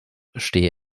stehe